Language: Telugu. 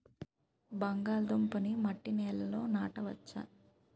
బంగాళదుంప నీ మట్టి నేలల్లో నాట వచ్చా?